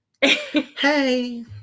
hey